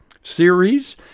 series